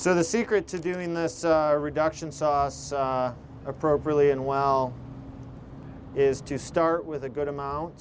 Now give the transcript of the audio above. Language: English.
so the secret to doing this reduction sauce appropriately and well is to start with a good amount